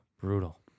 Brutal